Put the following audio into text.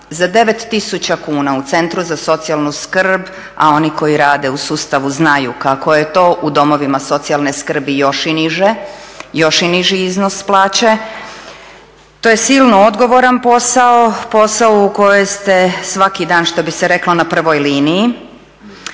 Za 9 tisuća kuna u Centru za socijalnu skrb, a oni koji rade u sustavu znaju kako je to u domovima socijalne skrbi još i niže, još i niži iznos plaće, to je silno odgovoran posao, posao u kojem ste svaki dan, što bi se reklo, na prvoj liniji.